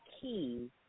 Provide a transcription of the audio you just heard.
key